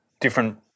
different